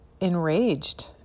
enraged